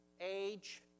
age